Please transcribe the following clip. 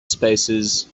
spaces